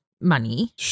money